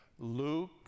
Luke